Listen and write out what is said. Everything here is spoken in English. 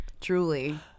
Truly